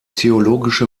theologische